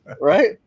Right